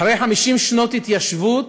אחרי 50 שנות התיישבות,